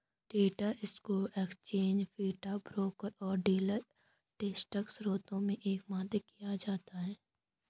data stock exchange feed, broker और dealer desk स्रोतों से एकत्र किया जाता है